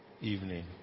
evening